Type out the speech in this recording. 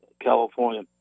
California